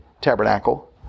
tabernacle